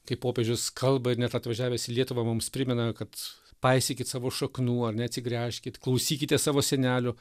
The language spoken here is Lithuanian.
kai popiežius kalba ir net atvažiavęs į lietuvą mums primena kad paisykit savo šaknų ane atsigręžkit klausykitės savo senelių